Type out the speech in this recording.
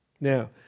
Now